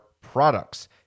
products